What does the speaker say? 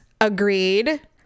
Agreed